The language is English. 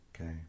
Okay